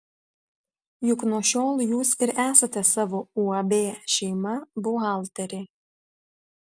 juk nuo šiol jūs ir esate savo uab šeima buhalterė